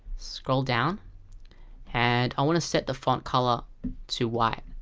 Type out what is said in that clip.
scroll down and i want to set the font color to white